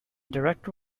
director